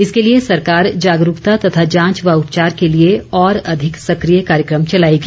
इसके लिए सरकार जागरूकता तथा जांच व उपचार के लिए और अधिक सक्रिय कार्यक्रम चलाएगी